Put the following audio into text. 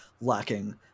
lacking